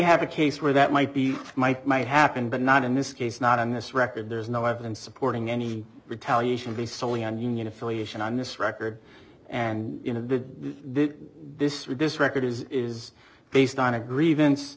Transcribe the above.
have a case where that might be might might happen but not in this case not in this record there's no evidence supporting any retaliation be solely on union affiliation on this record and in a big this week this record is based on a grievance